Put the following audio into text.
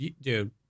dude